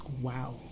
Wow